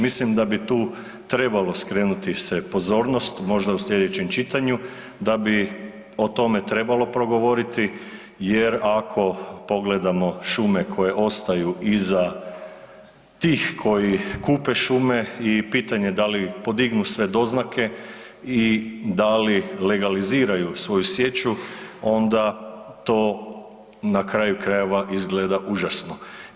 Mislim da bi tu trebalo skrenuti se pozornost možda u slijedećem čitanju, da bi o tome trebalo progovoriti jer ako pogledamo šume koje ostaju iza tih koji kupe šume i pitanje da li podignu sve doznake i dali legaliziraju svoju sječu onda to na kraju krajeva izgleda užasno.